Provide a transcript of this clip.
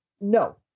No